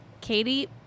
Katie